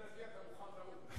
לפי דעתי אתה מוכן לאו"ם.